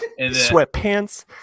Sweatpants